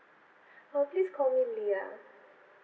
oh please call me lia